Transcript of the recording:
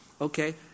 Okay